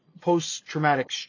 post-traumatic